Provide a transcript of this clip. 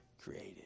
created